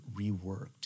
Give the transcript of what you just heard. reworked